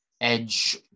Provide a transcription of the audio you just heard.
Edge